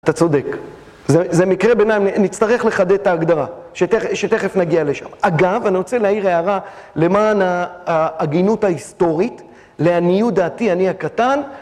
אתה צודק, זה מקרה ביניים, נצטרך לחדד את ההגדרה, שתכף נגיע לשם. אגב, אני רוצה להעיר הערה למען ההגינות ההיסטורית, לעניות דעתי, אני הקטן.